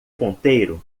ponteiro